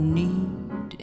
need